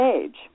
Age